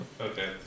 Okay